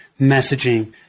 messaging